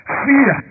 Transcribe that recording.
fear